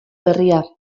berria